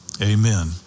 Amen